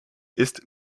ist